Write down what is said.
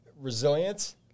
resilience